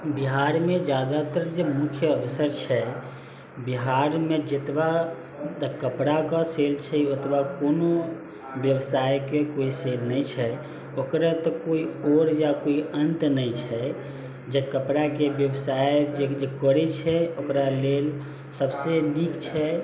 बिहारमे जादातर जे मुख्य अवसर छै बिहारमे जतबा कपड़ाके सेल छै ओतबा कोनो व्यवसायके कोइ सेल नहि छै ओकरे तऽ कोइ ओर या अन्त नहि छै जे कपड़ाके व्यवसाय जे करै छै ओकरा लेल सबसँ नीक छै